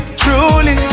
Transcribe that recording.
truly